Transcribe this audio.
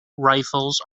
rifles